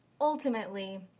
ultimately